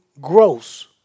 gross